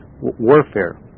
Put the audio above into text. warfare